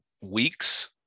weeks